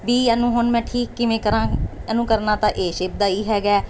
ਵੀ ਇਹਨੂੰ ਹੁਣ ਮੈਂ ਠੀਕ ਕਿਵੇਂ ਕਰਾਂ ਇਹਨੂੰ ਕਰਨਾ ਤਾਂ ਏ ਸ਼ੇਪ ਦਾ ਹੀ ਹੈਗਾ